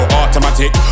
automatic